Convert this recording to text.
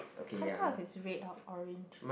can't tell it's red or orange